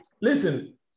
listen